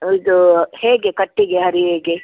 ಇದು ಹೇಗೆ ಕಟ್ಟಿಗೆ ಹರಿವೆಗೆ